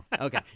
Okay